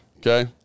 Okay